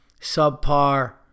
subpar